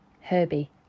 Herbie